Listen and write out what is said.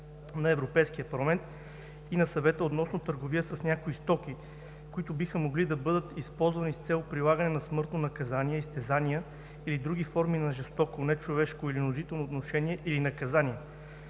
на Европейския парламент и на Съвета относно търговията с някои стоки, които биха могли да бъдат използвани с цел прилагане на смъртно наказание, изтезания или други форми на жестоко, нечовешко или унизително отношение или наказание,